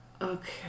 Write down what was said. Okay